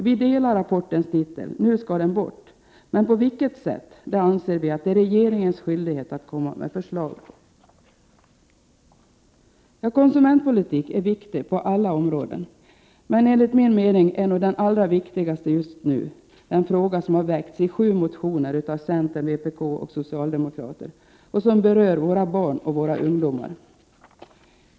Vi instämmer i rapportens titel Nu ska den bort!, men det är regeringens skyldighet att komma med förslag om på vilket sätt det skall ske. Konsumentpolitik är viktig på alla områden, men enligt min mening är kanske det allra viktigaste just nu en fråga som väckts i sju motioner av centern, vpk och socialdemokrater och som berör våra barn och ungdomar.